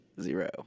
Zero